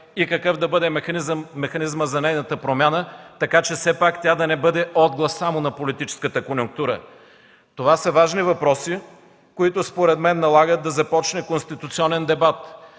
и какъв да бъде механизмът за нейната промяна, така че все пак тя да не бъде отглас само на политическата конюнктура? Това са важни въпроси, които според мен налагат да започне конституционен дебат.